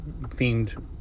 themed